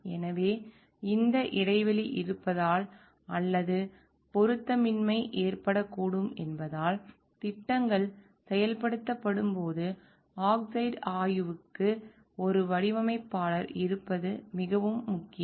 எனவே இந்த இடைவெளி இருப்பதால் அல்லது பொருத்தமின்மை ஏற்படக்கூடும் என்பதால் திட்டங்கள் செயல்படுத்தப்படும்போது ஆன்சைட் ஆய்வுக்கு ஒரு வடிவமைப்பாளர் இருப்பது மிகவும் முக்கியம்